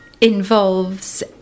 involves